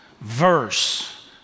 verse